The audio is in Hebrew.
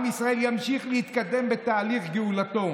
עם ישראל ימשיך להתקדם בתהליך גאולתו.